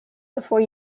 before